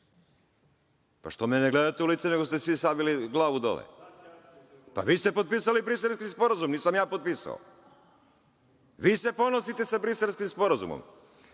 Zašto me ne gledate u lice nego ste svi savili glavu dole? Vi ste potpisali Briselski sporazum, nisam ga ja potpisao. Vi se ponosite sa Briselskim sporazumom.